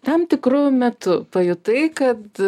tam tikru metu pajutai kad